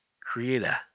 Creator